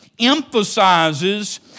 emphasizes